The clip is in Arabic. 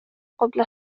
قبل